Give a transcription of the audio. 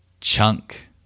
Chunk